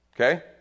Okay